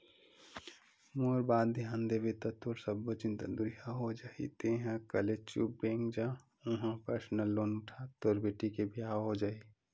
मोर बात धियान देबे ता तोर सब्बो चिंता दुरिहा हो जाही तेंहा कले चुप बेंक जा उहां परसनल लोन उठा तोर बेटी के बिहाव हो जाही